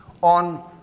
on